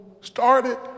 started